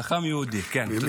חכם יהודי, כן.